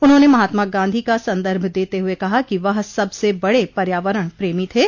उन्होंने महात्मा गांधी का सन्दर्भ देते हुए कहा कि वह सबसे बड़े पर्यावरण प्रेमी थे